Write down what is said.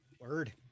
word